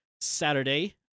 Saturday